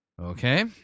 Okay